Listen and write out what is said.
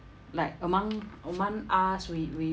like among among us we we